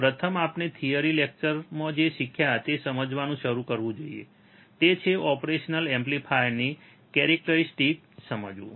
પ્રથમ આપણે થિયરિ લેક્ચરમાં જે શીખ્યા તે સમજવાનું શરૂ કરવું જોઈએ તે છે ઓપરેશનલ એમ્પ્લીફાયરની કેરેક્ટરીસ્ટિક્સ સમજવું